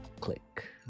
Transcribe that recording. click